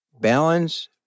Balance